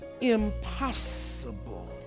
impossible